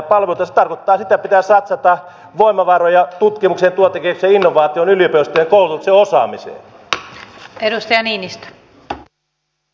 se tarkoittaa sitä että pitää satsata voimavaroja tutkimukseen ja tuotekehitykseen ja innovaatioihin yliopistojen koulutukseen ja osaamiseen